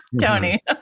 Tony